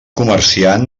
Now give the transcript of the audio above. comerciant